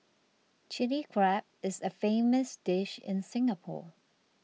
Chilli Crab is a famous dish in Singapore